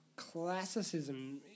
classicism